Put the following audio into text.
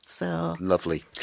Lovely